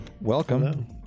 Welcome